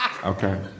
Okay